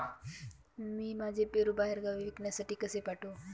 मी माझे पेरू बाहेरगावी विकण्यासाठी कसे पाठवू?